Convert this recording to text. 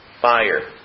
Fire